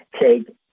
take